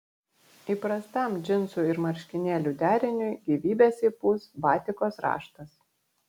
įprastam džinsų ir marškinėlių deriniui gyvybės įpūs batikos raštas